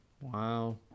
Wow